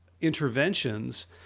interventions